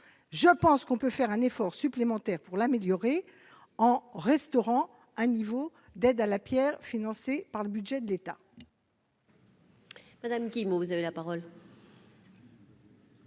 je pense qu'on peut faire un effort supplémentaire pour l'améliorer en restaurant un niveau d'aide à la Pierre, financé par le budget de l'État.